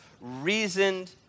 reasoned